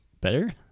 better